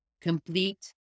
complete